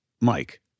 Mike